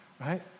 right